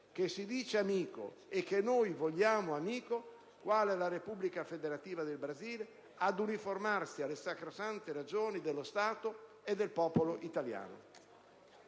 che si dice amico e che noi vogliamo tale, quale la Repubblica Federativa del Brasile, ad uniformarsi alle sacrosante ragioni dello Stato e del popolo italiano.